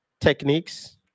techniques